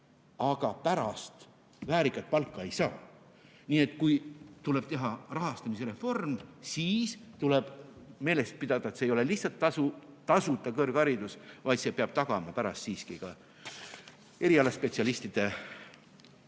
aga pärast väärikat palka ei saa. Nii et kui tuleb teha rahastamise reform, siis tuleb meeles pidada, et [tähtis] ei ole lihtsalt tasuta kõrgharidus, vaid see peab tagama pärast siiski ka erialaspetsialistide